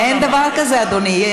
אין דבר כזה, אדוני.